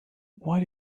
why